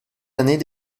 années